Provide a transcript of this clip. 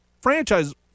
franchise